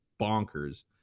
bonkers